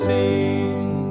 Sing